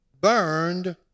burned